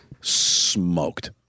smoked